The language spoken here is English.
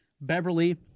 Beverly